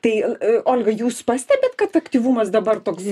tai olga jūs pastebit kad aktyvumas dabar toks